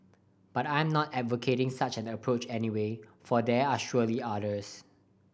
but I am not advocating such an approach anyway for there are surely others